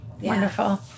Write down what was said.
Wonderful